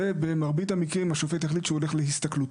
ובמרבית המקרים השופט יחליט שהוא הולך להסתכלות.